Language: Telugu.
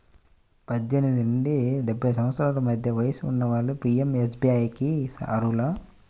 పద్దెనిమిది నుండి డెబ్బై సంవత్సరాల మధ్య వయసున్న వాళ్ళు పీయంఎస్బీఐకి అర్హులు